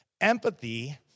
Empathy